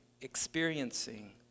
experiencing